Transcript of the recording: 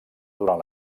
durant